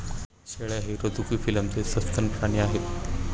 शेळ्या हे रझुकी फिलमचे सस्तन प्राणी आहेत